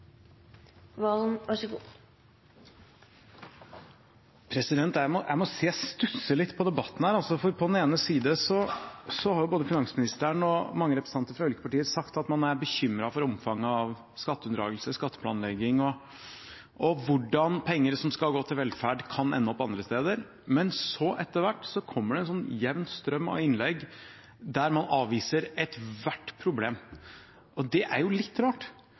Jeg må si at jeg stusser litt over debatten. På den ene siden har både finansministeren og mange representanter fra ulike partier sagt at man er bekymret for omfanget av skatteunndragelse, skatteplanlegging og hvordan penger som skal gå til velferd, kan ende opp andre steder. Men så, etter hvert, har det kommet en jevn strøm av innlegg der man avviser ethvert problem. Det er jo litt rart.